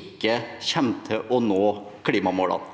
ikke kommer til å nå klimamålene.